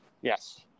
Yes